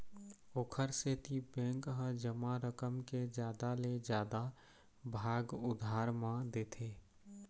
ओखर सेती बेंक ह जमा रकम के जादा ले जादा भाग उधार म देथे